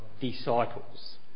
disciples